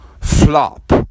flop